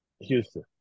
Houston